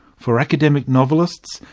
for academic novelists,